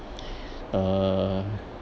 uh